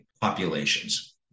populations